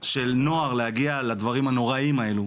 של נוער להגיע לדברים הנוראים האלו,